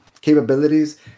capabilities